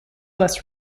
west